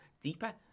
deeper